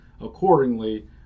accordingly